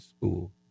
school